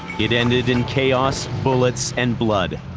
it ended in chaos, bullets and blood.